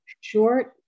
Short